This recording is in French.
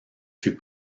fut